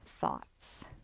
thoughts